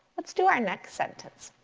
let's do our next sentence.